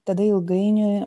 tada ilgainiui